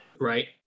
right